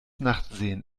nachtsehen